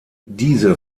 diese